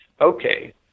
okay